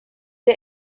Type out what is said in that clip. der